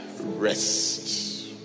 rest